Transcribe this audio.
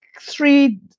three